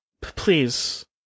Please